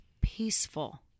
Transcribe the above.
peaceful